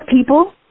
people